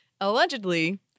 Allegedly